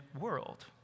world